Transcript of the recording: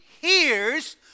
hears